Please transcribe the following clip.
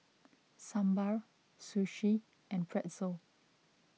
Sambar Sushi and Pretzel